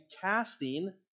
Casting